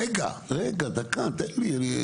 רגע, רגע, דקה, לתת לי.